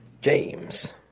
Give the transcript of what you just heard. James